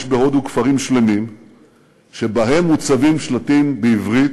יש בהודו כפרים שלמים שבהם מוצבים שלטים בעברית,